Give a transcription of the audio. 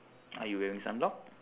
are you wearing sunblock